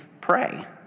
pray